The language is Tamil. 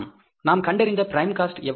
நாம் கண்டறிந்த பிரைம் காஸ்ட் எவ்வளவு